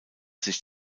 sich